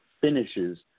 finishes